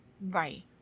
Right